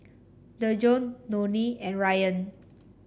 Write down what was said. Dejon Nonie and Ryann